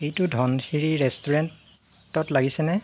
এইটো ধনশিৰি ৰেষ্টুৰেণ্টত লাগিছেনে